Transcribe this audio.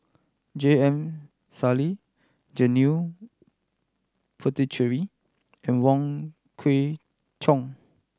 J M Sali Janil Puthucheary and Wong Kwei Cheong